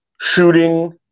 shooting